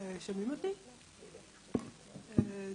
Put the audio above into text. שמי דניאל,